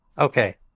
Okay